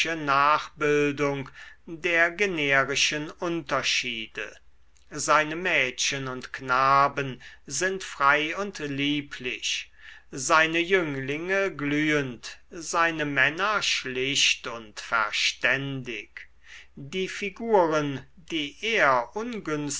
nachbildung der generischen unterschiede seine mädchen und knaben sind frei und lieblich seine jünglinge glühend seine männer schlicht und verständig die figuren die er